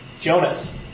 Jonas